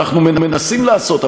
אנחנו מנסים לעשות,